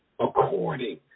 according